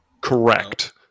correct